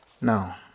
Now